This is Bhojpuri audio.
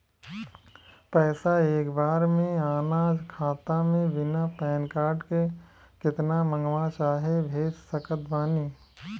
पैसा एक बार मे आना खाता मे बिना पैन कार्ड के केतना मँगवा चाहे भेज सकत बानी?